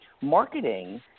Marketing